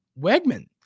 Wegman